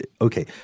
Okay